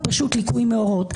ליקוי מאורות.